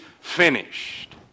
finished